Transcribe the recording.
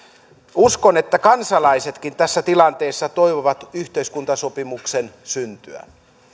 uskon että kansalaisetkin tässä tilanteessa toivovat yhteiskuntasopimuksen syntyä